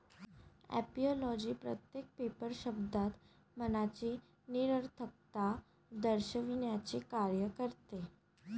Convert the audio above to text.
ऍपिओलॉजी प्रत्येक पेपर शब्दात मनाची निरर्थकता दर्शविण्याचे कार्य करते